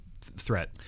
threat